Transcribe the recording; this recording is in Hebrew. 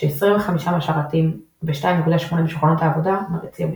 ש־25% מהשרתים ו־2.8% משולחנות העבודה מריצים לינוקס.